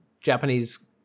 Japanese